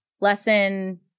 lesson